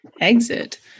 Exit